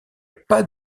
pas